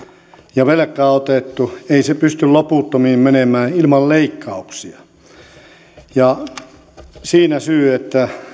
ja velkaa on otettu ei se pysty loputtomiin menemään ilman leikkauksia siinä syy että